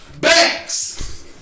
Banks